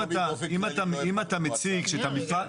אם אתה מציג שאת המפרט,